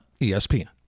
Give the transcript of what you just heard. ESPN